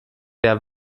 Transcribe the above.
der